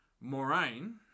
Moraine